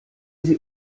sie